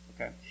Okay